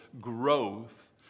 growth